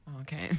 Okay